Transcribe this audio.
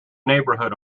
neighborhood